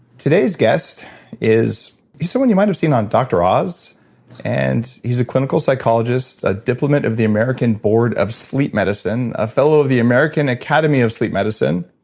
today's guest is. he's someone you might have seen on dr. oz and he's a clinical psychologist, a diplomate of the american board of sleep medicine, a fellow of the american academy of sleep medicine.